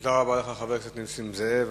תודה לך, חבר הכנסת נסים זאב.